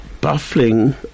baffling